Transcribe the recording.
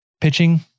pitching